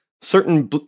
certain